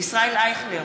ישראל אייכלר,